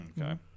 Okay